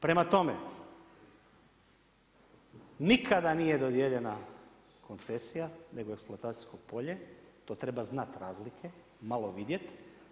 Prema tome, nikada nije dodijeljena koncesija nego eksploatacijsko polje, to treba znati razlike, malo vidjet.